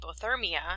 hypothermia